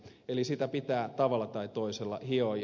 eli sitä pitää tavalla tai toisella hioa